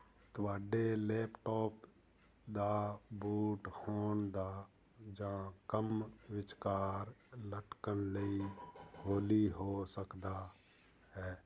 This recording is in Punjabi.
ਤੁਹਾਡੇ ਲੈਪਟੋਪ ਦਾ ਬੂਟ ਹੋਣ ਦਾ ਜਾਂ ਕੰਮ ਵਿਚਕਾਰ ਲਟਕਣ ਲਈ ਹੌਲੀ ਹੋ ਸਕਦਾ ਹੈ